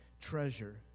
treasure